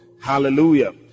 Hallelujah